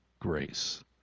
grace